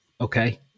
Okay